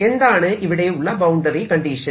എന്താണ് ഇവിടെ ഉള്ള ബൌണ്ടറി കണ്ടീഷൻ